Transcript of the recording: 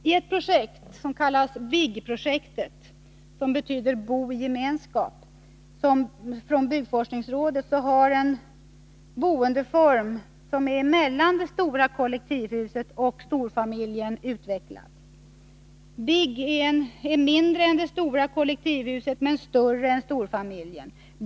I ett projekt som kallas BIG — vilket betyder Bo i gemenskap — från Byggforskningsrådet har en boendeform mellan det stora kollektivhuset och storfamiljen utvecklats. BIG är mindre än det stora kollektivhuset men större än storfamiljen.